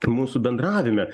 mūsų bendravime